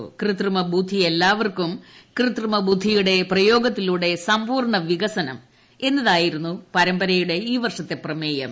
കൃത്രിമ ബുദ്ധി എല്ലാവർക്കും കൃത്രിമ ബുദ്ധിയുടെ പ്രയോഗത്തിലൂടെ സമ്പൂർണ വികസനം എന്നതായിരുന്നു പരമ്പരയുടെ ഈ വർഷത്തെ പ്രമേയം